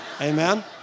Amen